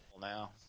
now